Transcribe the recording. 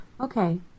Okay